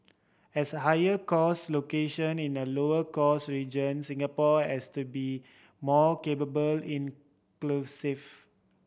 as a higher cost location in a lower cost region Singapore has to be more capable inclusive